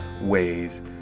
ways